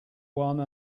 one